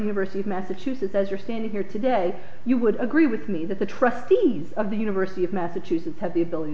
university of massachusetts as you're standing here today you would agree with me that the trustees of the university of massachusetts have the ability